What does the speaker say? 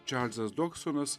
čarlzas doksonas